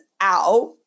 out